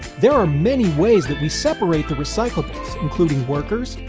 there are many ways that we separate the recyclables including workers,